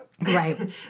Right